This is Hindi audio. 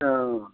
ओह